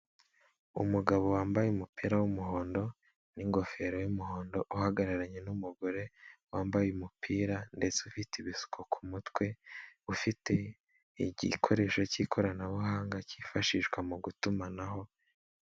Umugabo wambaye umupira w'umuhondo n'ingofero y'umuhondo uhagararanye n'umugore wambaye umupira ndetse ufite ibisuko ku mutwe, ufite igikoresho cyikoranabuhanga cyifashishwa mu gutumanaho.